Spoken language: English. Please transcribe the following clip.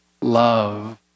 Love